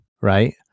right